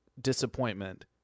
disappointment